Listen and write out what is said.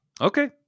Okay